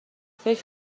فکر